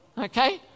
Okay